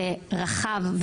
זה רחב,